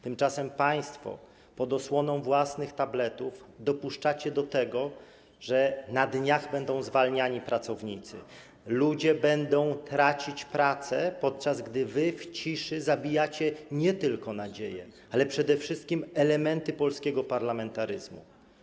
Tymczasem państwo pod osłoną własnych tabletów dopuszczacie do tego, że na dniach będą zwalniani pracownicy, ludzie będą tracić pracę, podczas gdy wy w ciszy zabijacie nie tylko nadzieję, ale też przede wszystkim elementy polskiego parlamentaryzmu.